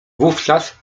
wówczas